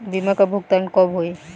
बीमा का भुगतान कब होइ?